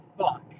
fuck